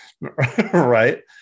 right